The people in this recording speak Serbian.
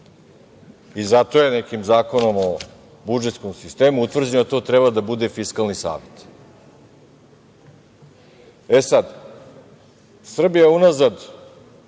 Zato je nekim Zakonom o budžetskom sistemu utvrđeno da to treba da bude Fiskalni savet. Srbija unazad,